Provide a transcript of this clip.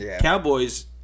Cowboys